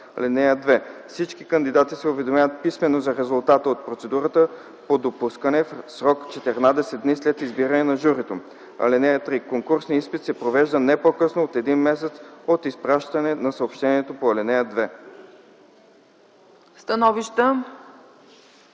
(2) Всички кандидати се уведомяват писмено за резултата от процедурата по допускане в срок от 14 дни след избиране на журито. (3) Конкурсният изпит се провежда не по-късно от един месец от изпращане на съобщението по ал. 2.”